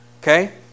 okay